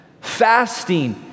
Fasting